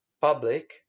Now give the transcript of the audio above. public